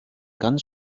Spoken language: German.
ganz